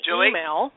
email